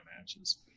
matches